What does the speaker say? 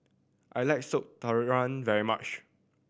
I like Soup Tulang very much